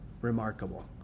remarkable